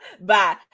Bye